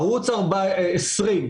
ערוץ 20,